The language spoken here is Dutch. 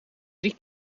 drie